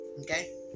Okay